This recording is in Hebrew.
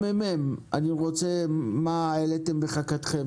רינת מהממ"מ, מה העליתם בחכתכם?